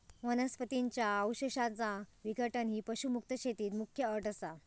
वनस्पतीं च्या अवशेषांचा विघटन ही पशुमुक्त शेतीत मुख्य अट असा